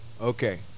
Okay